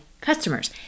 customers